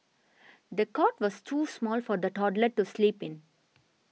the cot was too small for the toddler to sleep in